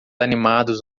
animados